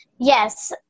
Yes